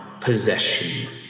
possession